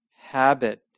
habit